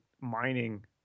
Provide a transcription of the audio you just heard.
mining